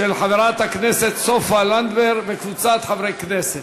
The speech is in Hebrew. של חברת הכנסת סופה לנדבר וקבוצת חברי הכנסת.